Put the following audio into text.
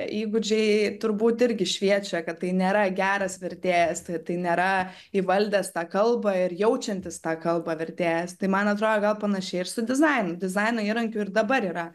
įgūdžiai turbūt irgi šviečia kad tai nėra geras vertėjas tai nėra įvaldęs tą kalbą ir jaučiantis tą kalbą vertėjas tai man atrodo gal panašiai ir su dizainu dizaino įrankių ir dabar yra